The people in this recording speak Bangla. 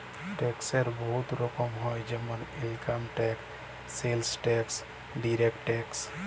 ট্যাক্সের বহুত রকম হ্যয় যেমল income tax, sales tax, direct tax